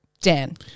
Dan